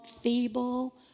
feeble